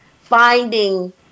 finding